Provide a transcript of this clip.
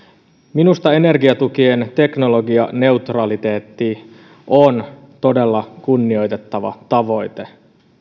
minusta energiatukien teknologianeutraliteetti on todella kunnioitettava tavoite